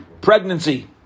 pregnancy